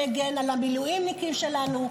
מגן על המילואימניקים שלנו,